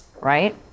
right –